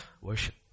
worship